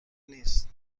نیست